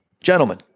Gentlemen